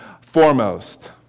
foremost